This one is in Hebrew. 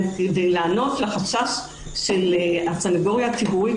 כדי לענות לחשש של הסניגוריה הציבורית,